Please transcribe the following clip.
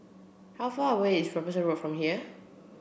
how far away is Robinson Road from here